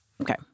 okay